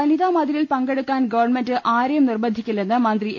വനിതാ മതിലിൽ പങ്കെടുക്കാൻ ഗവർണമെന്റ് ആരെയും നിർബന്ധിക്കില്ലെന്ന് മന്ത്രി എ